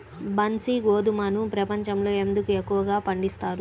బన్సీ గోధుమను ప్రపంచంలో ఎందుకు ఎక్కువగా పండిస్తారు?